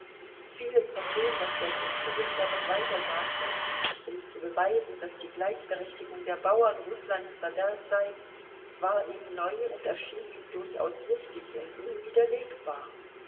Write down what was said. vieles von dem was der gutsbesitzer noch weiter sagte um zu beweisen daß die gleichberechtigung der bauern rußlands verderb sei war ihm neu und erschien ihm durchaus richtig und unwiderlegbar